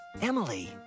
emily